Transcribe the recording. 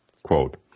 Quote